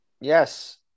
Yes